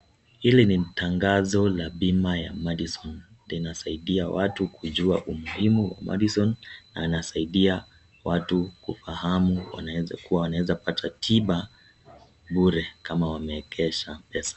Hili ni tangazo la bima ya MADISON inasaidia watu kujua umuhimu wa (cs)MADISON(cs) na inasaidia watu kufahamu wanaweza pata tiba bure kama wameekeza pesa.